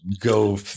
go